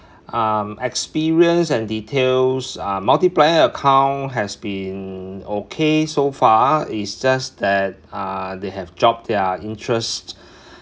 um experience and details uh multiplier account has been okay so far it's just that uh they have dropped their interest